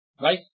Right